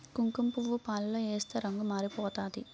కుంకుమపువ్వు పాలలో ఏస్తే రంగు మారిపోతాది